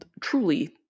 Truly